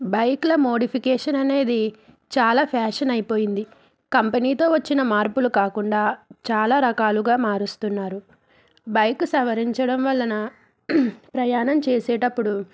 బైకుల modification అనేది చాలా fashion అయిపోయింది కంపెనీతో వచ్చిన మార్పులు కాకుండా చాలా రకాలుగా మారుస్తున్నారు బైకు సవరించడం వలన ప్రయాణం చేసేటప్పుడు